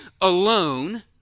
alone